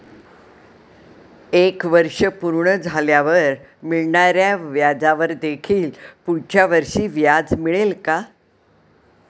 एक वर्ष पूर्ण झाल्यावर मिळणाऱ्या व्याजावर देखील पुढच्या वर्षी व्याज मिळेल का?